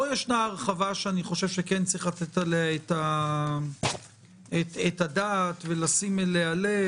פה יש הרחבה שכן צריך לתת עליה את הדעת ולשים אליה לב.